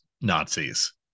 Nazis